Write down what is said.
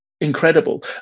incredible